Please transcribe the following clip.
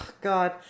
God